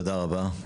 תודה רבה.